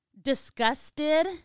Disgusted